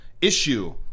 issue